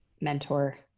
mentor